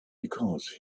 because